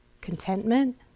contentment